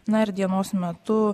na ir dienos metu